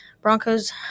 Broncos